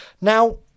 now